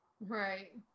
Right